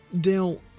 Dale